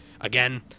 again